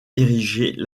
érigée